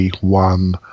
one